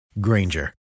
Granger